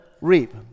reap